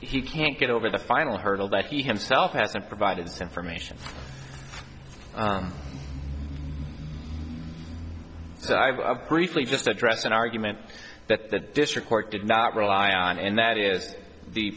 he can't get over the final hurdle that he himself has not provided information that i've briefly just addressed an argument that the district court did not rely on and that is the